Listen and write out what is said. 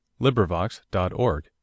LibriVox.org